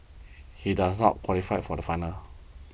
he does not qualify for the final